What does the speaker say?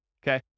Okay